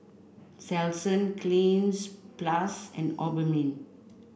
Selsun Cleanz plus and Obimin